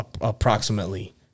approximately